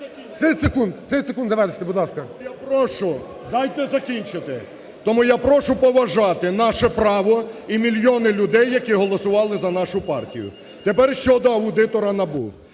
прошу дайте закінчити. Тому я прошу поважати наше право і мільйони людей, які голосували за нашу партію. Тепер щодо аудитора НАБУ,